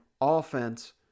offense